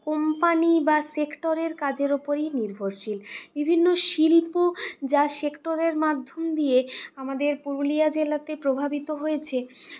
company বা সেক্টরের কাজের উপরই নির্ভরশীল বিভিন্ন শিল্প যা সেক্টরের মাধ্যম দিয়ে আমাদের পুরুলিয়া জেলাতে প্রভাবিত হয়েছে